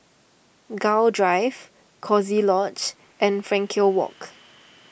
Gul Drive Coziee Lodge and Frankel Walk